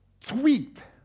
tweaked